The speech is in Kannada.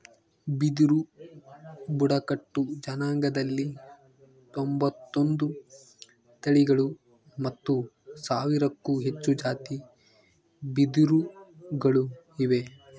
ಬಿದಿರು ಬುಡಕಟ್ಟು ಜನಾಂಗದಲ್ಲಿ ತೊಂಬತ್ತೊಂದು ತಳಿಗಳು ಮತ್ತು ಸಾವಿರಕ್ಕೂ ಹೆಚ್ಚು ಜಾತಿ ಬಿದಿರುಗಳು ಇವೆ